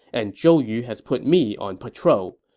and zhou yu has put me on patrol.